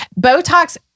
Botox